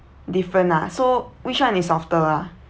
different nah so which one is softer ah